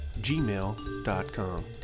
gmail.com